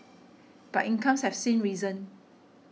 but incomes have seen risen